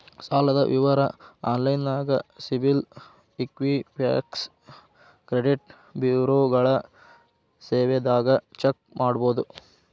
ಸಾಲದ್ ವಿವರ ಆನ್ಲೈನ್ಯಾಗ ಸಿಬಿಲ್ ಇಕ್ವಿಫ್ಯಾಕ್ಸ್ ಕ್ರೆಡಿಟ್ ಬ್ಯುರೋಗಳ ಸೇವೆದಾಗ ಚೆಕ್ ಮಾಡಬೋದು